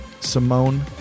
Simone